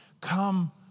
Come